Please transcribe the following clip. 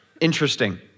Interesting